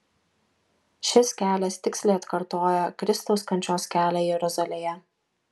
šis kelias tiksliai atkartoja kristaus kančios kelią jeruzalėje